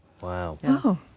Wow